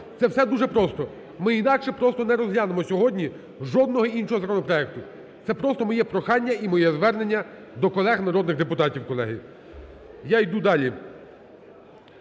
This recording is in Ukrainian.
Це все дуже просто. Ми інакше просто не розглянемо сьогодні жодного іншого законопроекту! Це просто моє прохання і моє звернення до колег народних депутатів, колеги. Я йду далі.